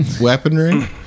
weaponry